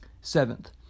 Seventh